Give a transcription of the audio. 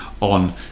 on